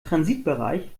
transitbereich